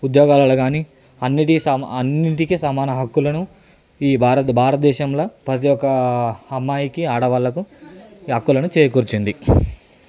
ఉద్యోగాలలో కాని అన్నింటి సమా అన్నింటికీ సమాన హక్కులను ఈ భారత భారతదేశంల ప్రతి ఒక్క అమ్మాయికి ఆడవాళ్లకు ఈ హక్కులను చేకూర్చింది